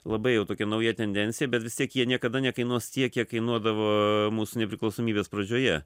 labai jau tokia nauja tendencija bet vis tiek jie niekada nekainuos tiek kiek kainuodavo mūsų nepriklausomybės pradžioje